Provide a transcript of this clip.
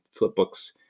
flipbooks